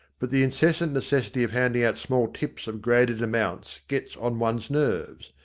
but the incessant necessity of handing out small tips of graded amounts gets on one's nerves.